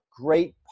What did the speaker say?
great